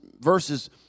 verses